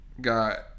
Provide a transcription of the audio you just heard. got